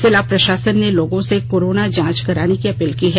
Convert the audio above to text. जिला प्रशासन ने लोगों से कोरोना जांच कराने की अपील की है